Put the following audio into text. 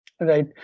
Right